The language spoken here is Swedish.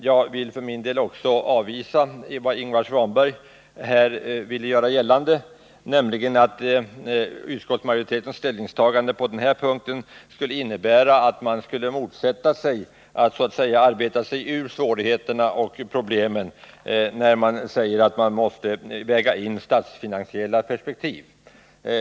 Jag vill för min del också avvisa vad Ingvar Svanberg ville göra gällande, nämligen att utskottsmajoritetens ställningstagande på den här punkten — att statsfinan siella perspektiv måste vägas in — skulle innebära att man motsatte sig viljan att arbeta sig ur svårigheterna och problemen.